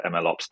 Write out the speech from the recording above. MLOps